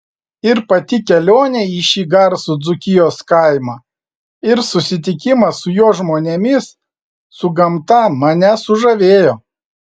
ir pati kelionė į šį garsų dzūkijos kaimą ir susitikimas su jo žmonėmis su gamta mane sužavėjo